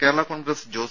Kerala Congress Jose